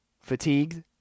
fatigued